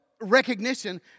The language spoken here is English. recognition